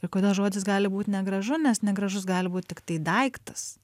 ir kodėl žodis gali būt negražu nes negražus gali būt tiktai daiktas